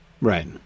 Right